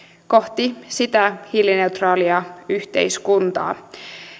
kohti sitä hiilineutraalia yhteiskuntaa